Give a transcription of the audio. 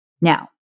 Now